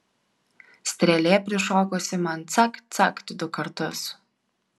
strėlė prišokusi man cakt cakt du kartus